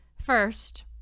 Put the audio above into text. First